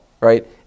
Right